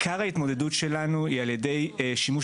עיקר ההתמודדות שלנו היא על ידי שימוש